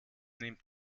nimmt